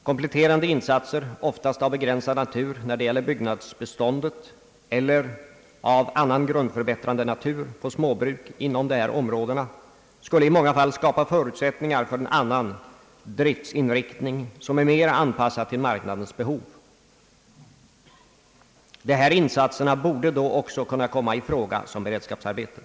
Kompletterande insatser, oftast av begränsad natur, när det gäller byggnadsbeståndet eller av annan grundförbättrande natur för småbruk inom dessa områden skulle i många fall skapa förutsättningar för en annan driftsinriktning, som är mera anpassad till marknadens behov. Dessa insatser borde också då kunna komma i fråga som beredskapsarbeten.